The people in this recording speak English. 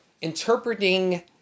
interpreting